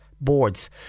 boards